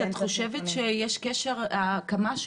גברתי עדית,